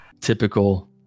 typical